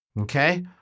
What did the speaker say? okay